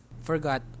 Forgot